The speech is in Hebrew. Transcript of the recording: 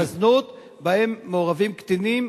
התועבה והזנות שבהן מעורבים קטינים,